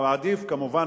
כמובן,